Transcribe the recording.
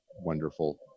wonderful